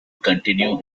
continue